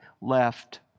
left